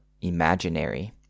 imaginary